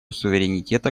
суверенитета